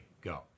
go